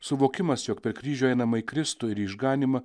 suvokimas jog per kryžių einama į kristų ir išganymą